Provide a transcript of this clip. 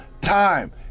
time